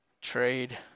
trade